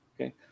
okay